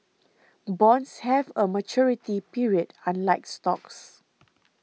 bonds have a maturity period unlike stocks